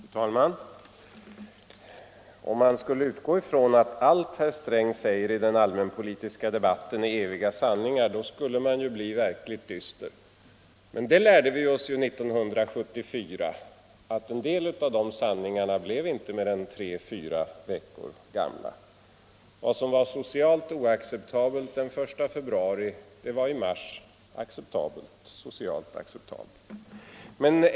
Fru talman! Om man skulle utgå ifrån att allt vad finansminister Sträng säger i den allmänpolitiska debatten är eviga sanningar, då skulle man bli verkligt dyster. Men det lärde vi oss 1974 att en del av dessa sanningar blev inte mer än tre till fyra veckor gamla. Vad som var socialt oacceptabelt den 1 februari det var socialt acceptabelt i mars.